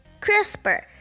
CRISPR